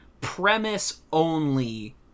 premise-only